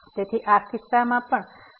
તેથી આ કિસ્સામાં પણ અમે તે પગલાંને અનુસરીશું